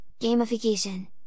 gamification